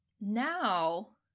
now